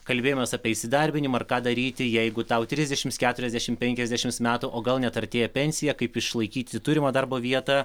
kalbėjomės apie įsidarbinimą ir ką daryti jeigu tau trisdešimt keturiasdešimt penkiasdešimt metų o gal net artėja pensija kaip išlaikyti turimą darbo vietą